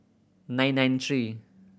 nine nine three